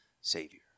savior